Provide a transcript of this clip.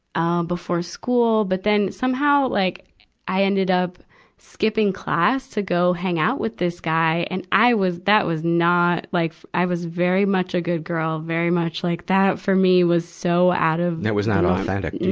ah, before school. but then, somehow like i ended up skipping class to go hang out with this guy. and i was, that was not like, i was very much a good girl, very much like, that for me was so out of paul that was not authentic to you.